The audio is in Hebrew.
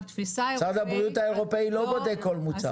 משרד הבריאות האירופאי לא בודק כל מוצר.